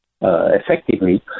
effectively